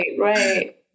Right